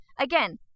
again